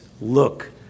look